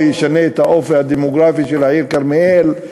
או ישנה את האופי הדמוגרפי של העיר כרמיאל,